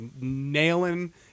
nailing